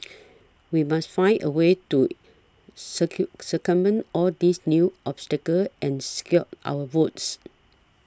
we must find a way to circumvent all these new obstacles and secure our votes